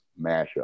mashup